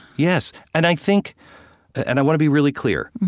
yes. and i think and i want to be really clear.